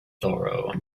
thorough